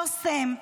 אסם.